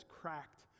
cracked